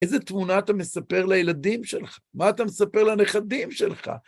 איזה תמונה אתה מספר לילדים שלך? מה אתה מספר לנכדים שלך?